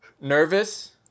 nervous